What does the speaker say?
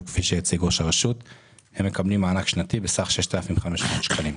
שמקבלים מענק שנתי בסך 6,500 שקלים.